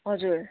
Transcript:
हजुर